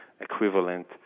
equivalent